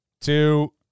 two